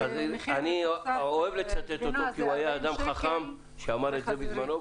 אני אוהב לצטט אותו כי הוא היה אדם חכם שאמר את זה בזמנו.